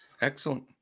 Excellent